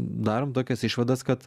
darom tokias išvadas kad